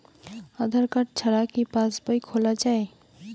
আধার card ছাড়া কি পাসবই খোলা যায়?